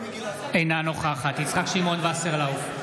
אינה נוכחת יצחק שמעון וסרלאוף,